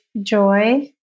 joy